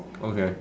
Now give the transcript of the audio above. okay